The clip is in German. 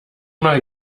mal